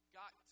got